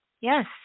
Yes